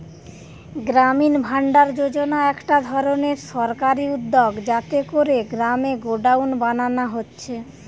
গ্রামীণ ভাণ্ডার যোজনা একটা ধরণের সরকারি উদ্যগ যাতে কোরে গ্রামে গোডাউন বানানা হচ্ছে